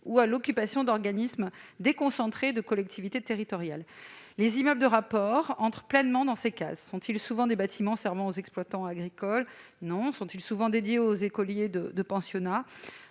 ou à l'occupation d'organismes déconcentrés de collectivités territoriales. Les immeubles de rapport entrent pleinement dans ces cases. Sont-ils souvent des bâtiments servant aux exploitants agricoles ? Non ! Sont-ils souvent dédiés aux écoliers de pensionnat ?